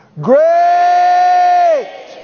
Great